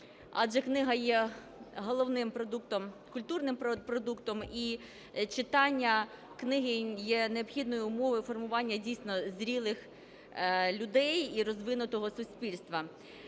адже книга є головним продуктом, культурним продуктом, і читання книги є необхідною умовою формування дійсно зрілих людей і розвинутого суспільства.